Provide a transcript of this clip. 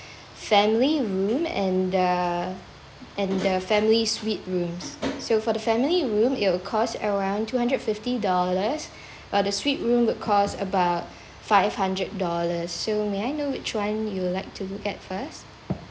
family room and the and the family suite rooms so for the family room it'll cost around two hundred fifty dollars while the suite room would cost about five hundred dollars so may I know which one you would like to look at first